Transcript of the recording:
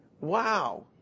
Wow